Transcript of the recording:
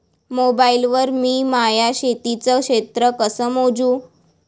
Mobile वर मी माया शेतीचं क्षेत्र कस मोजू?